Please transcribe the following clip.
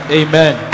amen